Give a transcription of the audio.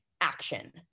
action